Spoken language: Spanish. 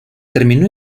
terminó